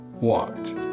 walked